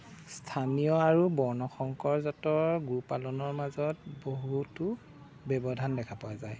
স্থানীয় আৰু বৰ্ণ সংকৰজাতৰ গো পালনৰ মাজত বহুতো ব্যৱধান দেখা পোৱা যায়